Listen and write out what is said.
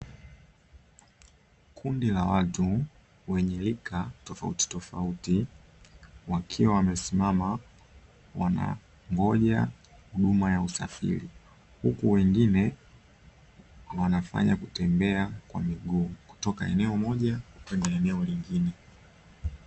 Kundi la watu wenye rika tofautitofauti, wakiwa wamesimama, wanangoja huduma ya usafiri. Huku wengine wanafanya kutembea kwa miguu, kutoka eneo moja kwenda eneo lingine.